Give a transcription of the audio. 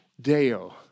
Deo